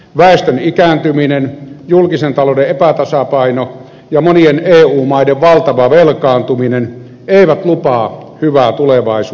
väestön ikääntyminen julkisen talouden epätasapaino ja monien eu maiden valtava velkaantuminen eivät lupaa hyvää tulevaisuutta varten